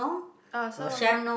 uh someone